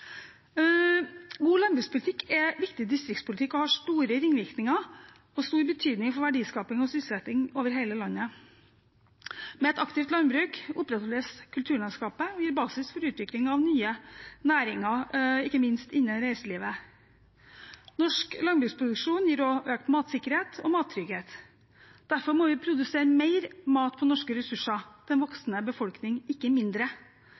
God landbrukspolitikk er viktig distriktspolitikk, og den har store ringvirkninger og stor betydning for verdiskaping og sysselsetting over hele landet. Med et aktivt landbruk opprettholdes kulturlandskapet og gir basis for utvikling av nye næringer, ikke minst innen reiselivet. Norsk landbruksproduksjon gir også økt matsikkerhet og mattrygghet. Derfor må vi produsere mer mat på norske ressurser til en voksende befolkning, ikke mindre